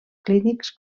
clínics